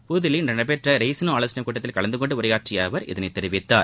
புதுதில்லியில் இன்று நடைபெற்ற ரெய்சினா ஆலோசனைக் கூட்டத்தில் கலந்துகொண்டு உரையாற்றிய அவர் இதனை தெரிவித்தார்